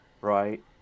Right